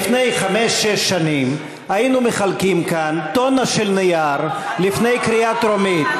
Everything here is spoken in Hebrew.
לפני חמש-שש שנים היינו מחלקים כאן טונה של נייר לפני קריאה טרומית.